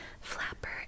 flapper